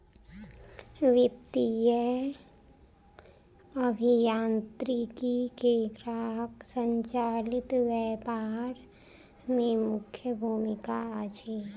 वित्तीय अभियांत्रिकी के ग्राहक संचालित व्यापार में मुख्य भूमिका अछि